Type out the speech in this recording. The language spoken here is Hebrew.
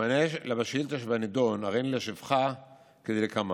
במענה על השאילתה שבנדון, הריני להשיבך כדלקמן: